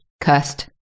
cursed